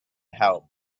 help